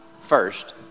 first